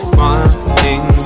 running